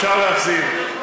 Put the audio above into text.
אפשר להחזיר,